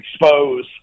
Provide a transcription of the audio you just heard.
expose